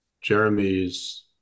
Jeremy's